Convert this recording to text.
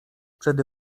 przede